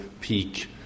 peak